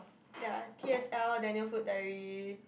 ya t_s_l then new food diary